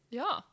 ja